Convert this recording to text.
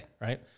right